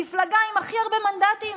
מפלגה עם הכי הרבה מנדטים,